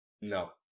no